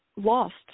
lost